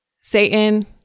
Satan